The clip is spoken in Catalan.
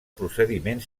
procediment